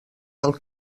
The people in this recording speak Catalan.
del